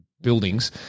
buildings